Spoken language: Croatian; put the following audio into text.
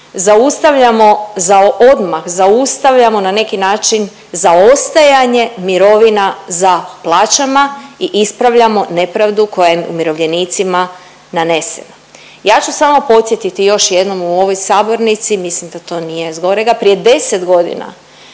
zaustavljamo za odmah zaustavljamo na neki način zaostajanje mirovina za plaćama i ispravljamo nepravdu koja je umirovljenicima nanesena. Ja ću samo podsjetiti još jednom u ovoj sabornici mislim da to nije zgorega, prije 10 godina